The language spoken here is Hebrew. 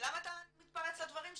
למה אתה מתפרץ לדברים שלי?